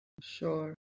Sure